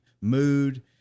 mood